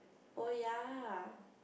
oh ya